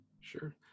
Sure